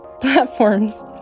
platforms